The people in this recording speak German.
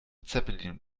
zeppelin